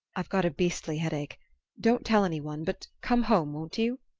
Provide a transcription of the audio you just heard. i've got a beastly headache don't tell any one, but come home, won't you?